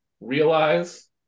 realize